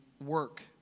work